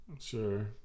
sure